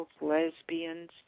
lesbians